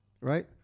right